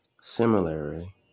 Similarly